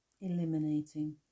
Eliminating